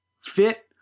fit